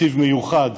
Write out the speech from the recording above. תקציב מיוחד